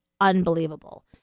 unbelievable